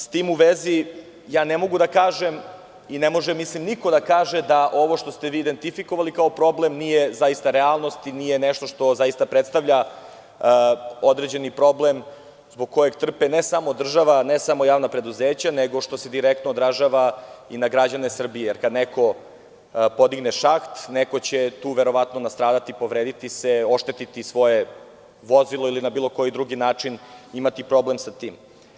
S tim u vezi, ja ne mogu da kažem i ne može niko da kaže da ovo što ste vi identifikovali kao problem nije zaista realnost i nije nešto što zaista predstavlja određeni problem zbog kojeg trpe ne samo država, ne samo javna preduzeća, nego što se direktno odražava i na građane Srbije, jer kad neko podigne šaht, neko će verovatno tu nastradati, povrediti se, oštetiti svoje vozilo ili na bilo koji drugi način imati problem sa tim.